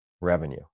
revenue